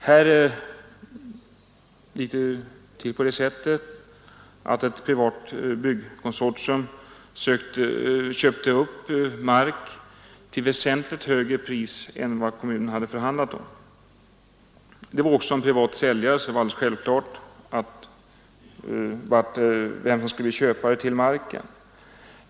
Där köpte ett privat byggkonsortium upp marken till ett väsentligt högre pris än det kommunen förhandlat om. Det var också en privat säljare, så det var alldeles självklart vem som skulle få köpa marken.